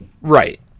right